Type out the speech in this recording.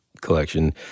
collection